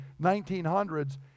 1900s